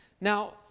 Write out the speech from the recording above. Now